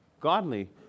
godly